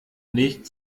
nicht